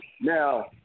now